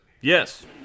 Yes